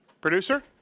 Producer